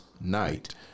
night